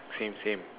same same